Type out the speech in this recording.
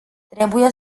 trebuie